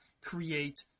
create